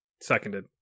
Seconded